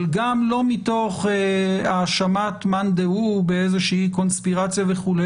אבל גם לא מתוך האשמת מאן דהו באיזושהי קונספירציה וכו',